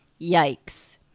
yikes